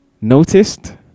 noticed